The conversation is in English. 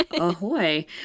Ahoy